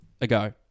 ago